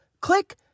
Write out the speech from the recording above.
Click